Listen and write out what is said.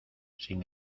sin